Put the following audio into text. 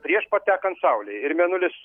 prieš patekant saulei ir mėnulis